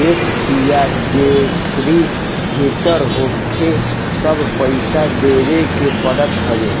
देत बिया जेकरी भीतर होहके सब पईसा देवे के पड़त हवे